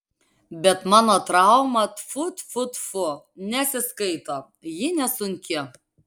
bet mano trauma tfu tfu tfu nesiskaito ji nesunki